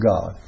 God